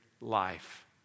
life